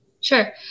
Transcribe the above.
Sure